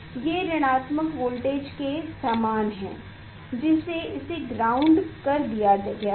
ये ऋणात्मक वोल्टेज के समान है जिसे ग्राउंड कर दिया गया हो